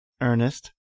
Ernest